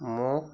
মোক